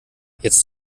jetzt